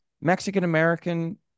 Mexican-American